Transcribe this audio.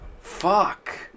Fuck